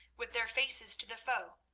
with their faces to the foe,